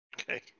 Okay